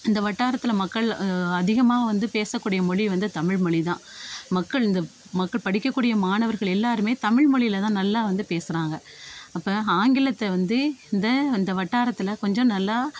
இந்த வட்டாரத்தில் மக்கள் அதிகமாக வந்து பேசக்கூடிய மொழி வந்து தமிழ்மொலிதான் மக்கள் இந்த மக்கள் படிக்கக்கூடிய மாணவர்கள் எல்லோருமே தமிழ்மொலிலதான் நல்லா வந்து பேசுகிறாங்க அப்போ ஆங்கிலத்தை வந்து இந்த இந்த வட்டாரத்தில் கொஞ்சம் நல்லா